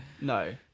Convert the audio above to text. No